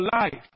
life